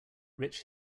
rich